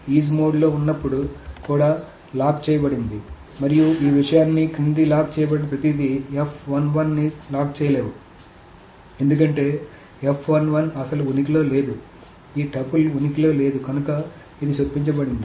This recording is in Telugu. ఈజ్ మోడ్లో ఉన్నప్పుడు కూడా లాక్ చేయబడింది మరియు ఈ విషయాలన్నీ క్రింద లాక్ చేయబడిన ప్రతిదీ ఈ లాక్ ఎందుకంటే అస్సలు ఉనికిలో లేదు ఈ టపుల్ ఉనికిలో లేదు కనుక ఇది చొప్పించబడింది